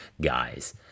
guys